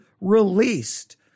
released